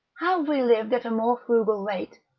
have we liv'd at a more frugal rate,